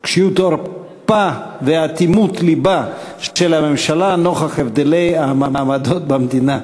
קשיות עורפה ואטימות לבה של הממשלה נוכח הבדלי המעמדות במדינה.